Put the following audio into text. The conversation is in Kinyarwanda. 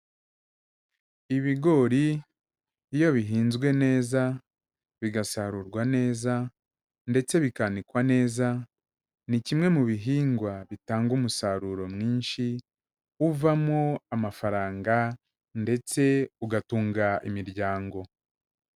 Ibigori iyo bihinzwe neza, bigasarurwa neza ndetse bikanikwa neza, ni kimwe mu bihingwa bitanga umusaruro mwinshi, uvamo amafaranga ndetse ugatunga imiryango.